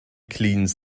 cleans